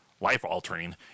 life-altering